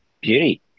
Beauty